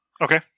Okay